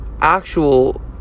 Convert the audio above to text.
actual